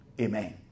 Amen